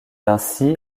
ainsi